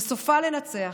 וסופה לנצח,